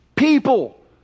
people